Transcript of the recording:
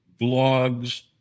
blogs